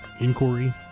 inquiry